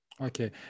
Okay